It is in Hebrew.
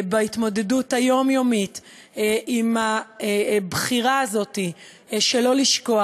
ההתמודדות היומיומית עם הבחירה הזו שלא לשקוע